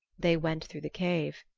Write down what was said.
they went through the cave.